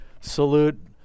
salute